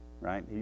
right